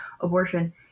abortion